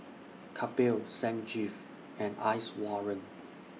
Kapil Sanjeev and Iswaran